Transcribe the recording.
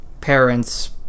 parents